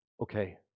Okay